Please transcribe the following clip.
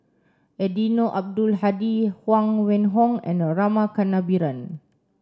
Eddino Abdul Hadi Huang Wenhong and Rama Kannabiran